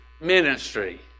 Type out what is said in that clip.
ministry